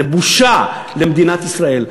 זו בושה למדינת ישראל.